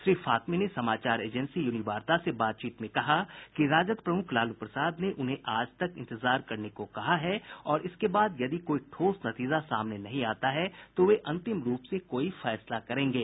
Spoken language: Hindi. श्री फातमी ने समाचार एजेंसी यूनीवार्ता से बातचीत में कहा कि राजद प्रमुख लालू प्रसाद ने उन्हें आज तक इंतजार करने को कहा है और इसके बाद यदि कोई ठोस नतीजा सामने नहीं आता है तो वे अंतिम रूप से कोई फैसला करेंगे